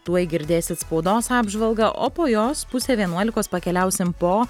tuoj girdėsit spaudos apžvalgą o po jos pusę vienuolikos pakeliausim po